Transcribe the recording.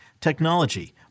technology